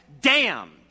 damned